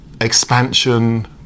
expansion